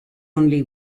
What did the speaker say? only